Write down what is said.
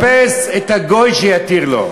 יחפש את הגוי שיתיר לו.